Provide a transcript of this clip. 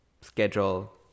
schedule